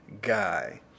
guy